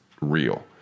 real